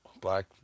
black